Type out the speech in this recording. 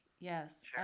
yes. sure.